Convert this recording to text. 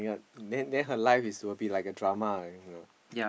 and then her life is will be like a drama like you know